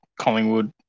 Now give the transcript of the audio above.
Collingwood